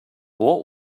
what